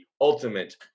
ultimate